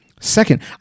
second